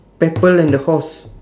people and the horse